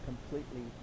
completely